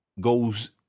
goes